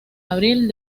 abril